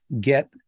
get